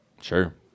Sure